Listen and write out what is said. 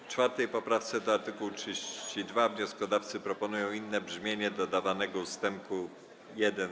W 4. poprawce do art. 32 wnioskodawcy proponują inne brzmienie dodawanego ust. 1.